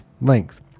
length